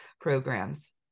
programs